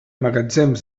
magatzem